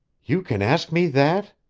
you can ask me that!